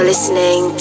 Listening